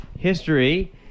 history